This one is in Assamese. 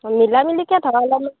মিলা মেলিকে ধৰ